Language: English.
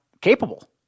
capable